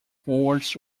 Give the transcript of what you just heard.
forwards